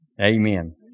Amen